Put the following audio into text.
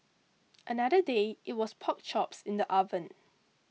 another day it was pork chops in the oven